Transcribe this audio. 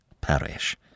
perish